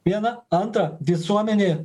viena antra visuomenė